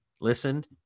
listened